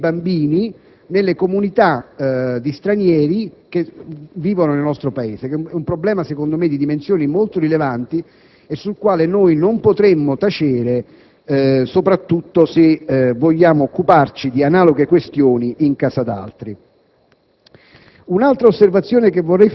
la condizione delle donne e dei bambini all'interno delle comunità di stranieri che vivono nel nostro Paese. È un problema di dimensioni molto rilevanti e sul quale non possiamo tacere, soprattutto se vogliamo occuparci di analoghe questioni in casa d'altri.